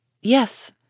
Yes